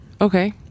okay